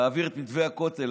להעביר את מתווה הכותל.